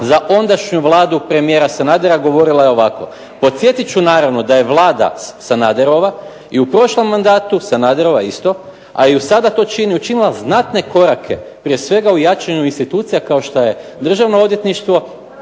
Za ondašnju Vladu premijera Sanadera govorila je ovako: "Podsjetit ću naravno da je Vlada Sanaderova i u prošlom mandatu Sanaderova isto, a i sada to čini učinila znatne korake prije svega u jačanju institucija kao što je Državno odvjetništvo